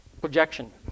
projection